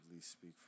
speak